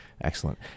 Excellent